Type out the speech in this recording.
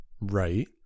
right